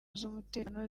z’umutekano